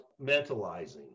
mentalizing